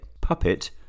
puppet